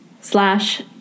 slash